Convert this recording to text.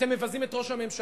אתם מבזים את ראש הממשלה,